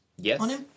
Yes